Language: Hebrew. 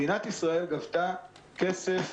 מדינת ישראל גבתה כסף.